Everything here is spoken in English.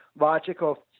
logical